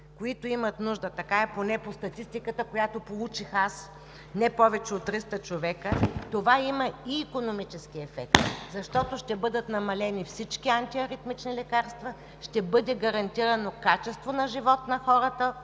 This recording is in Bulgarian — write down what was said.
които имат нужда. Така поне е по статистиката, която получих аз – не повече от 300 човека. Ако въведем този метод, това ще има и икономически ефект, защото ще бъдат намалени всички антиаритмични лекарства, ще бъде гарантирано качество на живот на хората